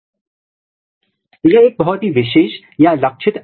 यह संपूर्ण माउंट का एक विशिष्ट उदाहरण है